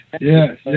yes